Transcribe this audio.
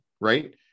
right